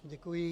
Děkuji.